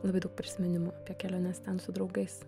labai daug prisiminimų apie keliones ten su draugais